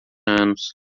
anos